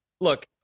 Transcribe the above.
look